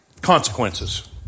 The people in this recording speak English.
consequences